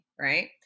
right